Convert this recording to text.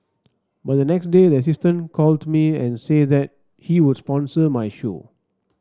but the next day the assistant called me and said that he would sponsor my show